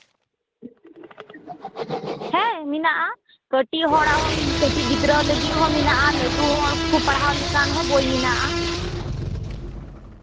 ᱦᱮᱸ ᱢᱮᱱᱟᱜᱼᱟ ᱠᱟᱹᱴᱤᱡ ᱦᱚᱲᱟᱜ ᱠᱟᱹᱴᱤᱡ ᱜᱤᱫᱽᱨᱟᱹᱣᱟᱜ ᱦᱚᱸ ᱢᱮᱱᱟᱜᱼᱟ ᱟᱨ ᱞᱟᱹᱴᱩ ᱦᱚᱲ ᱠᱚ ᱯᱟᱲᱦᱟᱣ ᱞᱮᱠᱟᱱ ᱦᱚᱸ ᱵᱳᱭ ᱢᱮᱱᱟᱜᱼᱟ